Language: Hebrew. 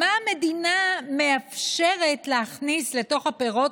מה המדינה מאפשרת להכניס לתוך הפירות